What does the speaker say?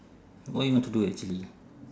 what you want to do actually